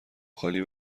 خالی